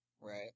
Right